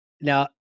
now